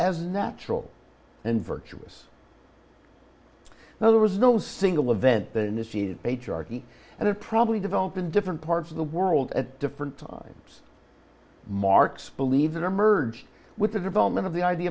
as natural and virtuous now there was no single event that initiated h r t and it probably developed in different parts of the world at different times marx believe it or merged with the development of the idea